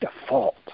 default